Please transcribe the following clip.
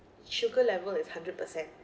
sugar level is hundred percent